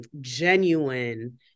genuine